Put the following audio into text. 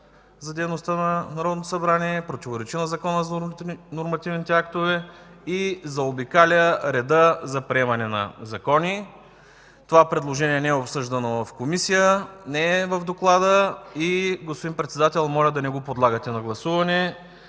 и дейността на Народното събрание, противоречи на Закона за нормативните актове и заобикаля реда за приемане на закони. Това предложение не е обсъждано в Комисия, не е в Доклада и, господин Председател, моля да не го подлагате на гласуване.